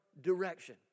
direction